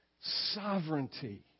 sovereignty